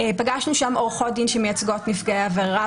פגשנו שם עורכות דין שמייצגות נפגעי עבירה,